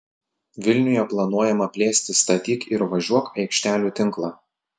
vilniuje planuojama plėsti statyk ir važiuok aikštelių tinklą